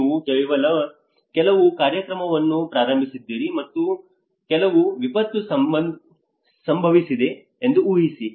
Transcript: ನೀವು ಕೆಲವು ಕಾರ್ಯಕ್ರಮವನ್ನು ಪ್ರಾರಂಭಿಸಿದ್ದೀರಿ ಮತ್ತು ಮತ್ತೆ ಕೆಲವು ವಿಪತ್ತು ಸಂಭವಿಸಿದೆ ಎಂದು ಊಹಿಸಿ